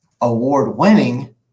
award-winning